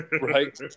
Right